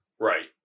Right